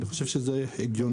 אני חושב שזה הגיוני.